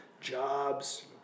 jobs